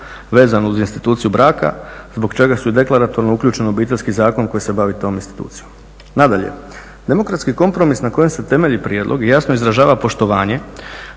vezano uz instituciju braka zbog čega su i deklaratorno uključene u Obiteljski zakon koji se bavi tom institucijom. Nadalje, demokratski kompromis na kojem se temelji prijedlog jasno izražava poštovanje